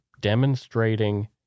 demonstrating